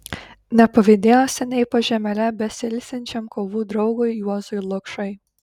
nepavydėjo seniai po žemele besiilsinčiam kovų draugui juozui lukšai